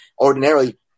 ordinarily